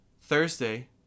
Thursday